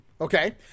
Okay